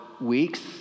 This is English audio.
weeks